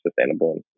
sustainable